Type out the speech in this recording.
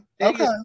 okay